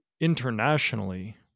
internationally